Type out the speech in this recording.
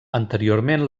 anteriorment